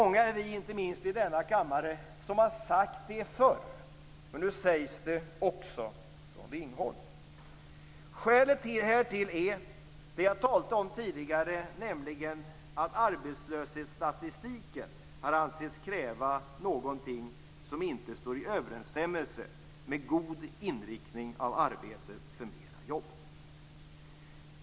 Många är vi, inte minst i denna kammare, som har sagt det förr, men nu sägs det också från Ringholm. Skälet härtill är det som jag talade om tidigare, nämligen att arbetslöshetsstatistiken har ansetts kräva någonting som inte står i överensstämmelse med god inriktning av arbetet för mera jobb.